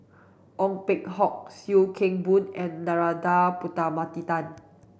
Ong Peng Hock Sim Kee Boon and Narana Putumaippittan